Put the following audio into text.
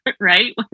Right